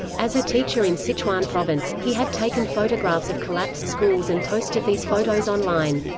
as a teacher in sichuan province, he had taken photographs of collapsed schools and posted these photos online.